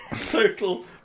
total